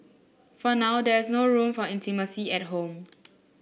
for now there is no room for intimacy at home